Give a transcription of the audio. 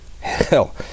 Hell